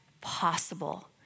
possible